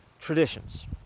Traditions